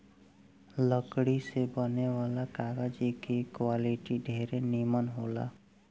लकड़ी से बने वाला कागज के क्वालिटी ढेरे निमन होला